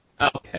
Okay